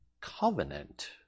covenant